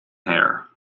hair